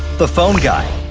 the phone guy